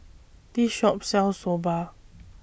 This Shop sells Soba